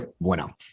bueno